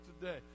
today